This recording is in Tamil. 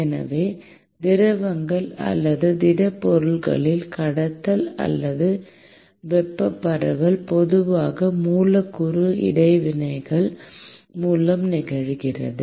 எனவே திரவங்கள் அல்லது திடப்பொருட்களில் கடத்தல் அல்லது வெப்ப பரவல் பொதுவாக மூலக்கூறு இடைவினைகள் மூலம் நிகழ்கிறது